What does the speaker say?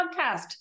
podcast